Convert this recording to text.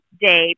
day